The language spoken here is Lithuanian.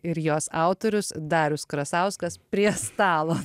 ir jos autorius darius krasauskas prie stalo